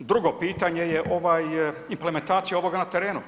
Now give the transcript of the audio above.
Drugo pitanje je implementacija ovoga na terenu.